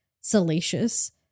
salacious